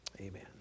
Amen